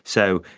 so,